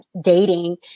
dating